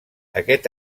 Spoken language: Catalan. aquest